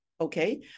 Okay